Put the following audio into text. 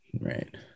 right